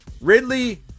Ridley